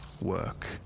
work